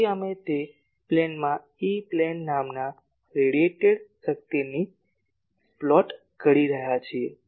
તેથી અમે તે પ્લેનમાં ઇ પ્લેન નામના રેડીયેટેડ શક્તિની પ્લોટ ઘડી રહ્યા છીએ